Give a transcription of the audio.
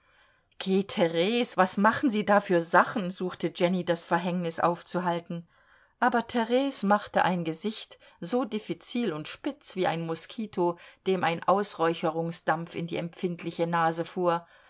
theres was machen sie da für sachen suchte jenny das verhängnis aufzuhalten aber theres machte ein gesicht so diffizil und spitz wie ein moskito dem ein ausräucherungsdampf in die empfindliche nase fuhr